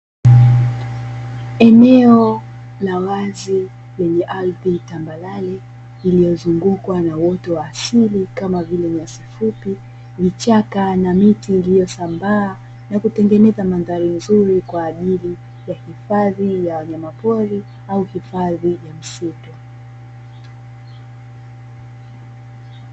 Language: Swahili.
Eneo la wazi lenye ardhi tambarare lililozungukwa na uoto wa asili kama vile nyasi fupi, vichaka na miti iliyosambaa na kutengeneza mandhari nzuri kwa ajili ya hifadhi ya wanyama pori au hifadhi ya misitu.